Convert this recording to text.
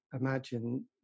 imagine